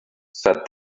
said